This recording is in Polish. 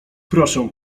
proszę